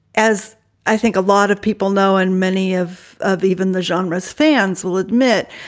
as i think a lot of people know, and many of of even the genre's fans will admit,